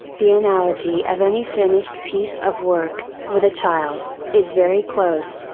the analogy of any finished piece of work, with a child, is very close.